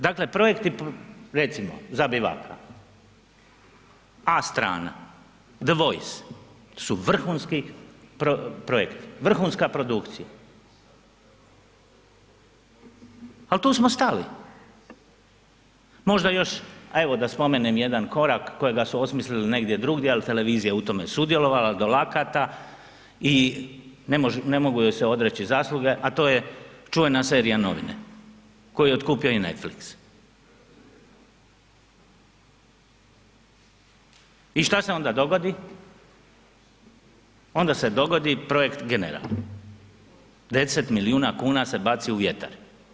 Dakle, projekti recimo za Bileka, A Strana, The Voice su vrhunsku projekti, vrhunska produkcija, al tu smo stali, možda još evo da spomenem jedan korak kojega su osmislili negdje drugdje, al televizija je u tome sudjelovala do lakata i ne može, ne mogu joj se odreći zasluge, a to je čuvena serija Novine koju je otkupio Netflix i šta se onda dogodi, onda se dogodi projekt General, 10 milijuna kuna se baci u vjetar.